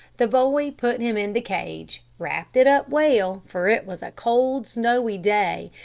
the boy put him in the cage, wrapped it up well, for it was a cold, snowy day,